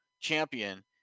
champion